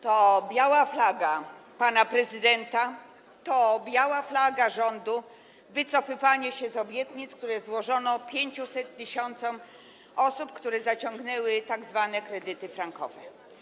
To biała flaga pana prezydenta, to biała flaga rządu - wycofywanie się z obietnic, które złożono 500 tys. osób, które zaciągnęły tzw. kredyty frankowe.